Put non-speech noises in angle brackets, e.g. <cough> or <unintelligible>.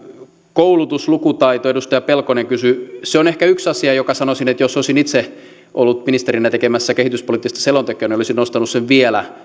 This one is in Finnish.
koulutus lukutaito edustaja pelkonen kysyi se on ehkä yksi asia josta sanoisin että jos olisin itse ollut ministerinä tekemässä kehityspoliittista selontekoa niin olisin nostanut sen vielä <unintelligible>